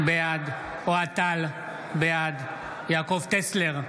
בעד אוהד טל, בעד יעקב טסלר,